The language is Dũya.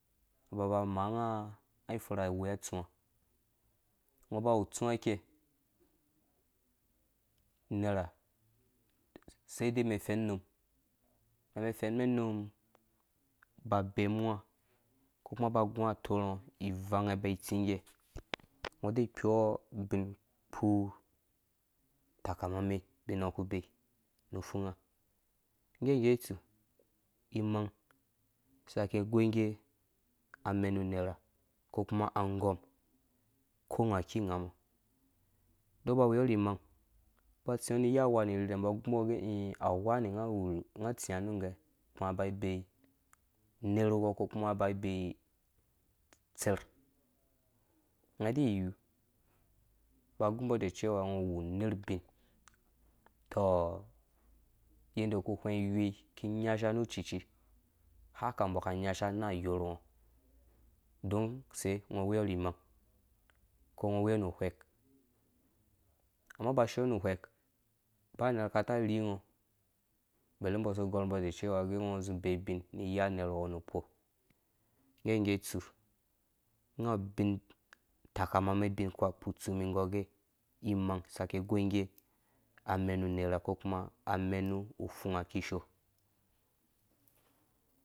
Nga ba ba maanga ai furha wea utsuwa ngɔ bawu tsuwa ikei nerha seidei mɛn fɛnnum mɛn ba fɛn mɛn unum ba bemu nga ko kuma ba gu atorh ngɔ ivnga ba tsingge ngɔ de kpoo ubin ku takame bin ngɔ ku bee nu fung ngge ngge tsu imang saki goi ngge amɛnu nerha ko kuma angɔm ko nga awu aki ngamɔ ngɔ ba weyɔ rhi imang ba tsingɔ nyi wanirhirhe mbɔ ba gumbɔ gɛ ĩ awu wani ha tsinyanungɛ kuma aba bei nerwɔ ko kuma aba bei tser nga de yiwu ba gumbɔ decewa ngɔ wu nerbin toh yende ku wheng iwoi ki nyasha nu cucii haka mbɔ ka nyasha na a yɔrh ngɔ don se ngɔ weyɔ rhi imang ngɔ weyinu nu uwɛk amma ngi ba shionu uwhek ba rerha kata rhi ngɔ bde mbɔ sɔ gɔr mbɔ de cewa ngɔ zĩ ibei ubin ni iya nerhawɔ nu kpɔ ngge ngge itsu ngrawubin takamame bin kpuha tsu mi gɔr gɛ imang saki goi ngge amenu nerha ko kuma amɛnu funga kishoo.